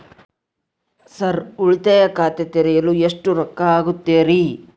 Sir ಉಳಿತಾಯ ಖಾತೆ ತೆರೆಯಲು ಎಷ್ಟು ರೊಕ್ಕಾ ಆಗುತ್ತೇರಿ?